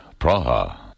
Praha